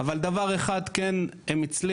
אבל דבר אחד הם כן הצליחו